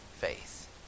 faith